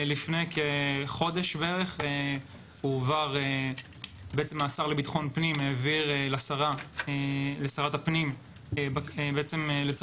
לפני כחודש בערך השר לביטחון פנים העביר לשרת הפנים לצורך